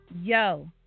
Yo